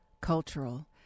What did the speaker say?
cultural